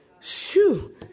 shoo